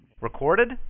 Recorded